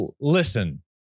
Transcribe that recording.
listen